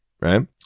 right